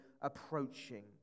approaching